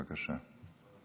בבקשה,